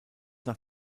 nach